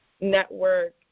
network